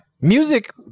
Music